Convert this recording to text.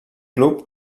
club